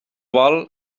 vol